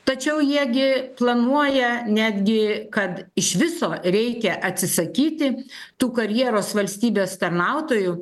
tačiau jie gi planuoja netgi kad iš viso reikia atsisakyti tų karjeros valstybės tarnautojų